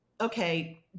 okay